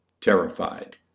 terrified